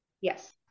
Yes